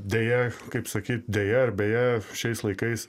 deja kaip sakyt deja ar beje šiais laikais